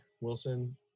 Wilson